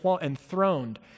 enthroned